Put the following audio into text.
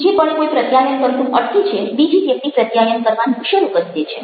જે પળે કોઈ પ્રત્યાયન કરતું અટકે છે બીજી વ્યક્તિ પ્રત્યાયન કરવાનું શરૂ કરી દે છે